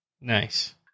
Nice